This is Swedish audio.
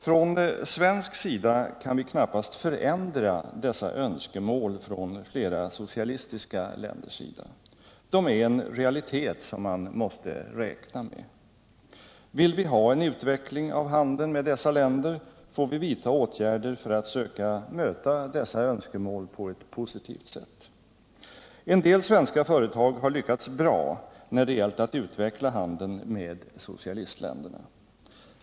Från svensk sida kan vi knappast förändra dessa önskemål från flera socialistiska länders sida. Det är en realitet som man måste räkna med. Vill vi ha en utveckling av handeln med dessa länder, får vi vidta åtgärder för att söka möta dessa önskemål på ett positivt sätt. En del svenska företag har lyckats bra när det gällt att utveckia handeln med socialistländerna.